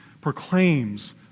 proclaims